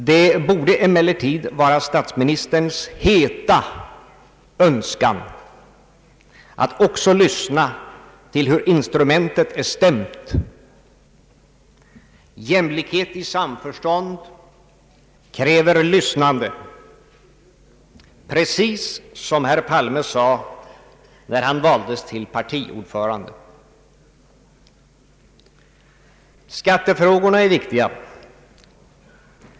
Det borde dock vara statsministerns heta önskan att också lyssna till hur instrumentet är stämt. Jämlikhet i samförstånd kräver lyssnande, precis som herr Palme sade när han valdes till partiordförande. Skattefrågorna är viktiga.